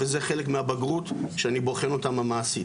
וזה חלק מהבגרות שאני בוחן אותם המעשית.